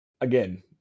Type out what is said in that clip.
again